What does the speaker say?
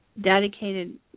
dedicated